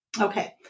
Okay